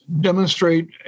demonstrate